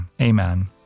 Amen